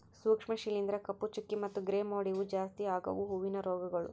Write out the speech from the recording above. ಸೂಕ್ಷ್ಮ ಶಿಲೀಂಧ್ರ, ಕಪ್ಪು ಚುಕ್ಕಿ ಮತ್ತ ಗ್ರೇ ಮೋಲ್ಡ್ ಇವು ಜಾಸ್ತಿ ಆಗವು ಹೂವಿನ ರೋಗಗೊಳ್